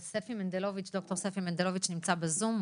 ד"ר ספי מנדלוביץ נמצא בזום,